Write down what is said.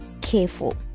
careful